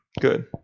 good